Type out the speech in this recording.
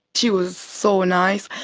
she was so nice,